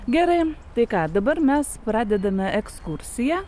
gerai tai ką dabar mes pradedame ekskursiją